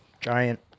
giant